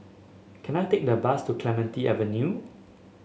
can I take a bus to Clementi Avenue